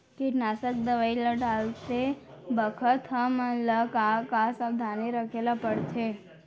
कीटनाशक दवई ल डालते बखत हमन ल का का सावधानी रखें ल पड़थे?